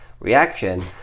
Reaction